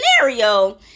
scenario